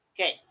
Okay